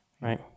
Right